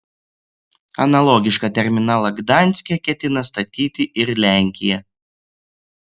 analogišką terminalą gdanske ketina statyti ir lenkija